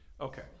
Okay